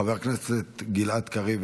חבר הכנסת גלעד קריב,